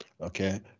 okay